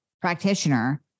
practitioner